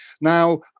Now